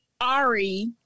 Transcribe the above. Ari